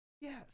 Yes